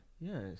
Yes